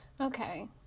okay